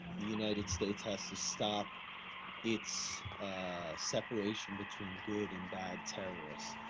the united states has to stop its separation between good and bad terrorists.